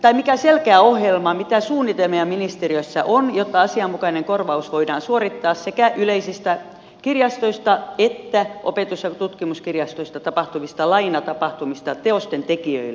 mikä selkeä ohjelma mitä suunnitelmia ministeriössä on jotta asianmukainen korvaus voidaan suorittaa sekä yleisistä kirjastoista että opetus ja tutkimuskirjastoista tapahtuvista lainatapahtumista teosten tekijöille